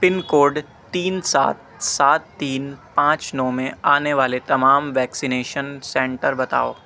پن code تین سات سات تین پانچ نو میں آنے والے تمام ویکسینیشن سینٹر بتاؤ